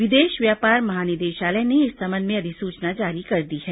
विदेश व्यापार महानिदेशालय ने इस संबंध में अधिसूचना जारी कर दी है